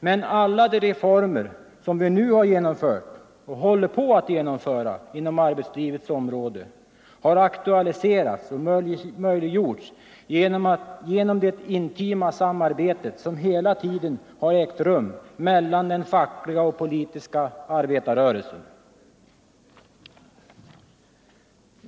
Men alla reformer som vi nu har genomfört och håller på att genomföra inom arbetslivets område har aktualiserats och möjliggjorts genom det intima samarbete som hela tiden har ägt rum mellan den fackliga och politiska arbetarrörelsen.